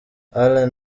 alain